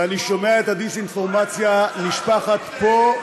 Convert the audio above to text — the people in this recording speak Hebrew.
ואני שומע את הדיסאינפורמציה נשפכת פה,